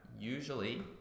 usually